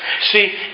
See